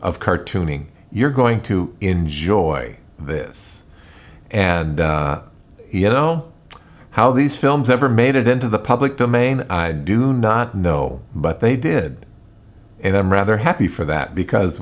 of cartooning you're going to enjoy this and he know how these films ever made it into the public domain i do not know but they did and i'm rather happy for that because